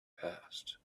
passed